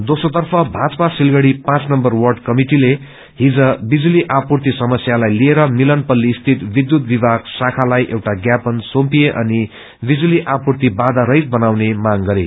दोस्रो तर्फ भाजपा सिलगढ़ी पाँच नम्बर वार्ड कमिटिले हिज विजुली आपूर्ति समस्यालाइ लिएर मिलनपल्ती स्थित विधूत विभाग शाखालाई एउटा मापन सुम्पिए अनि विजुली आपूर्ति बाया रहित बनाउने माग गरे